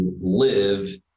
live